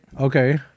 Okay